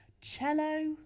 cello